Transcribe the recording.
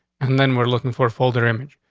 and then we're looking for folder image.